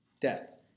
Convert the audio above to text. death